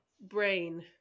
Brain